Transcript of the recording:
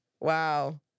wow